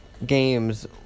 Games